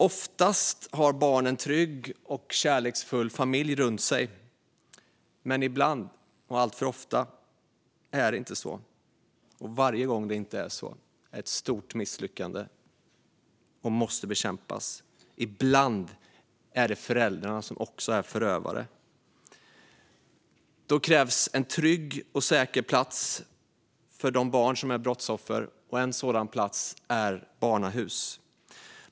Oftast har barnen en trygg och kärleksfull familj runt sig, men alltför ofta är det inte så. Varje gång det inte är så är det ett stort misslyckande som måste bekämpas. Ibland är föräldrarna förövare, och då krävs en trygg och säker plats för de barn som är brottsoffer. En sådan plats är barnahus.